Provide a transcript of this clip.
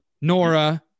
Nora